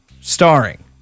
starring